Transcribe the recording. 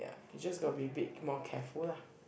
ya you just got to be a bit more careful lah